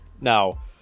Now